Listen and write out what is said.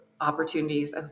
opportunities